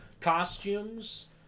Costumes